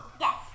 Yes